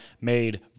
Made